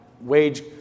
wage